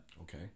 Okay